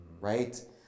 right